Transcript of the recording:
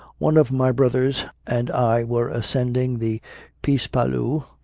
one of my brothers and i were ascending the piz palu,